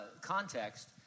context